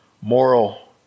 moral